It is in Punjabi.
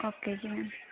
ਓਕੇ ਜੀ ਮੈਮ